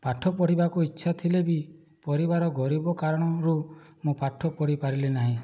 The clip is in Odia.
ପାଠ ପଢ଼ିବାକୁ ଇଚ୍ଛା ଥିଲେ ବି ପରିବାର ଗରିବ କାରଣରୁ ମୁଁ ପାଠ ପଢ଼ିପାରିଲି ନାହିଁ